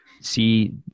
See